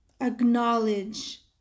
Acknowledge